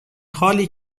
حالی